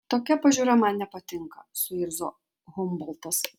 tokia pažiūra man nepatinka suirzo humboltas